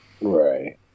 Right